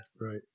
Right